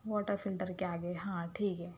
water filter کے آگے ہاں ٹھیک ہے